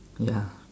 ya